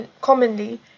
commonly